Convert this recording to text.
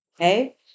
Okay